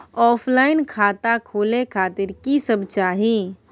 Offline खाता खोले खातिर की सब चाही?